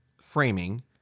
framing